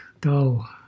dull